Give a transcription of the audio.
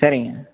சரிங்க